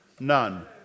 None